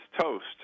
toast